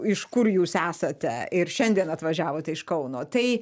iš kur jūs esate ir šiandien atvažiavote iš kauno tai